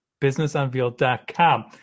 Businessunveiled.com